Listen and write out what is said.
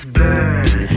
burn